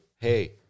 hey